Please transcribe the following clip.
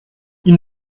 ils